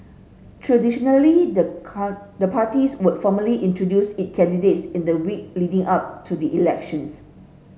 traditionally the car the party would formally introduce its candidates in the week leading up to the elections